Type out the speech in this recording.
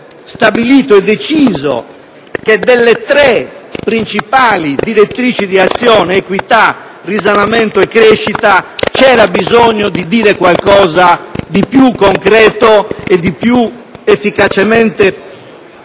stabilito che oltre le tre principali direttrici di azione (equità, risanamento e crescita) era necessario aggiungere qualcosa di più concreto e di più efficacemente